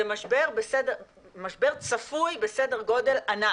זה משבר צפוי בסדר גודל ענק,